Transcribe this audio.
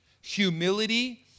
humility